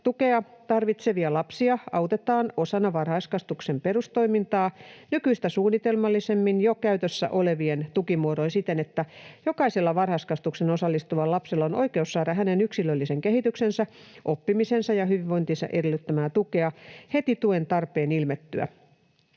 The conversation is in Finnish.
tukea tarvitsevia lapsia autetaan osana varhaiskasvatuksen perustoimintaa nykyistä suunnitelmallisemmin jo käytössä olevin tukimuodoin siten, että jokaisella varhaiskasvatukseen osallistuvalla lapsella on oikeus saada hänen yksilöllisen kehityksensä, oppimisensa ja hyvinvointinsa edellyttämää tukea heti tuen tarpeen ilmettyä.